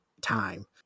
time